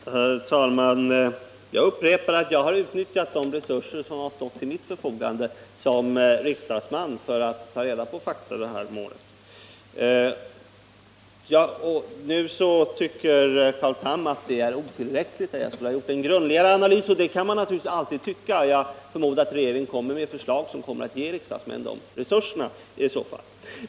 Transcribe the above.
Herr talman! Jag upprepar att jag utnyttjat de resurser som stått till mitt förfogande som riksdagsman för att ta reda på fakta i det här målet. Nu tycker Carl Tham att det är otillräckligt och att jag skulle ha gjort en grundligare analys, och det kan man naturligtvis alltid tycka. Jag förmodar att regeringen kommer med förslag som ger riksdagsmännen de resurserna i så fall.